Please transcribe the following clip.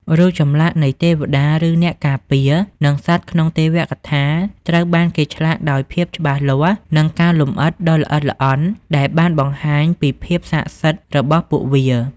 រូបចម្លាក់នៃទេវតា ឬអ្នកការពារ និងសត្វក្នុងទេវកថាត្រូវបានគេឆ្លាក់ដោយភាពច្បាស់លាស់ និងការលម្អិតដ៏ល្អិតល្អន់ដែលបានបង្ហាញពីភាពស័ក្តិសិទ្ធិរបស់ពួកវា។